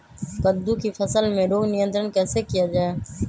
कददु की फसल में रोग नियंत्रण कैसे किया जाए?